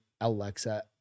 Alexa